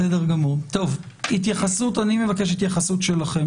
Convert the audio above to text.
אני מבקש התייחסות שלכם.